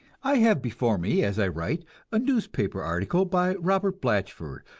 i have before me as i write a newspaper article by robert blatchford,